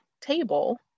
table